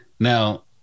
Now